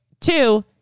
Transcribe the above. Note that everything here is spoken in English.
Two